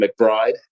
mcbride